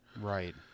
Right